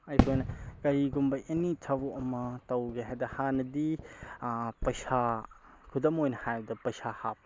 ꯑꯩꯈꯣꯏꯅ ꯀꯔꯤꯒꯨꯝꯕ ꯑꯦꯅꯤ ꯊꯕꯛ ꯑꯃ ꯇꯧꯒꯦ ꯍꯥꯏꯕꯗ ꯍꯥꯟꯅꯗꯤ ꯄꯩꯁꯥ ꯈꯨꯗꯝ ꯑꯣꯏꯅ ꯍꯥꯏꯔꯕꯗ ꯄꯩꯁꯥ ꯍꯥꯞꯄ